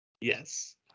Yes